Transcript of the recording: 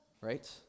right